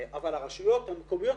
אבל הרשויות המקומיות,